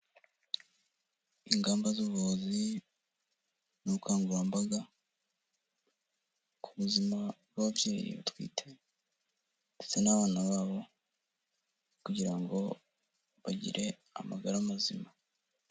Ingamba z'ubuvuzi n'ubukangurambaga ku buzima bw'ababyeyi batwite ndetse n'abana babo kugira ngo bagire amagara mazima.